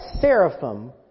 seraphim